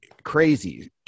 crazy